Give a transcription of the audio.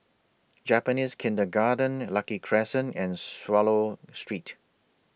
Japanese Kindergarten Lucky Crescent and Swallow Street